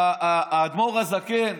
האדמו"ר הזקן,